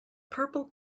purple